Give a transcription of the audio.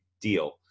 deal